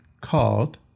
called